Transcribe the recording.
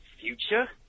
future